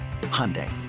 Hyundai